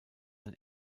ein